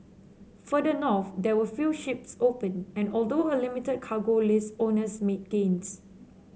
further north there were few ships open and although a limited cargo list owners made gains